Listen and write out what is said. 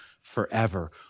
forever